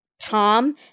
Tom